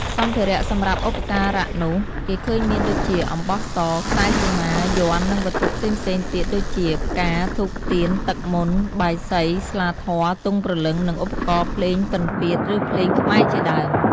សម្ភារៈសម្រាប់ឧបការៈនោះ គេឃើញមានដូចជា អំបោះស ខ្សែសីមា យ័ន្ត និងវត្ថុផ្សេងៗទៀតដូចជា ផ្កា ធូបទៀន ទឹកមន្ត បាយសី ស្លាធម៌ ទង់ព្រលឹង និងឧបករណ៍ភ្លេងពិណពាទ្យ ឬភ្លេងខ្មែរជាដើម។